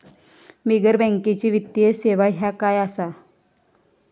बिगर बँकेची वित्तीय सेवा ह्या काय असा?